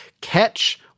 catch